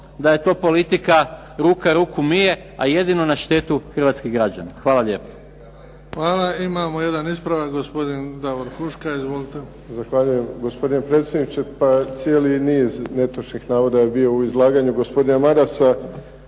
da je to politika ruka ruku mije, a jedino na štetu hrvatskih građana. Hvala lijepo. **Bebić, Luka (HDZ)** Hvala. Imamo jedan ispravak gospodin Davor Huška. Izvolite. **Huška, Davor (HDZ)** Zahvaljujem gospodine predsjedniče. Pa cijeli niz netočnih navoda je bio u izlaganju gospodina Marasa,